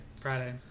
Friday